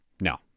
no